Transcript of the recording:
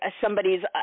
somebody's